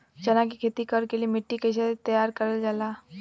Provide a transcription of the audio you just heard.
चना की खेती कर के लिए मिट्टी कैसे तैयार करें जाला?